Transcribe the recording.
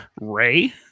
Ray